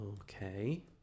Okay